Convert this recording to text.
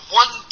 one